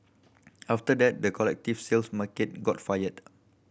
after that the collective sales market got fired